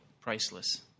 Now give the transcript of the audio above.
priceless